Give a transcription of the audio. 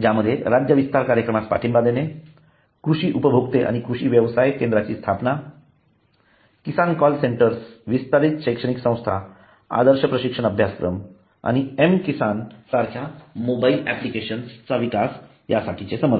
ज्यामध्ये राज्य विस्तार कार्यक्रमांस पाठींबा कृषी उपभोक्ते आणि कृषी व्यवसाय केंद्रांची स्थापना किसान कॉल सेंटर्स विस्तारित शैक्षणिक संस्था आदर्श प्रशिक्षण अभ्यासक्रम आणि एम किसान सारख्या मोबाइल ऍप्लिकेशन चा विकास यासाठी समर्थन